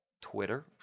Twitter